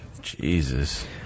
Jesus